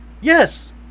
yes